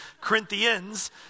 Corinthians